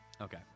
Okay